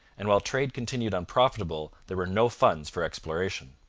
and while trade continued unprofitable there were no funds for exploration.